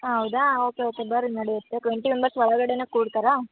ಹಾಂ ಹೌದಾ okay okay ಬರ್ರಿ ನಡಿಯುತ್ತೆ ಟ್ವೆಂಟಿ ಮೆಂಬರ್ಸ್ ಒಳ್ಗಡೆನೇ ಕುಳ್ತಾರಾ